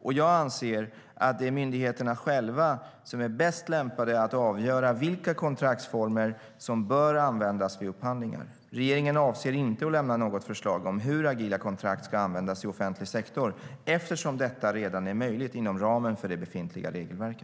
och jag anser att det är myndigheterna själva som är bäst lämpade att avgöra vilka kontraktsformer som bör användas vid upphandlingar. Regeringen avser inte att lämna något förslag om hur agila kontrakt ska användas i offentlig sektor eftersom detta redan är möjligt inom ramen för det befintliga regelverket.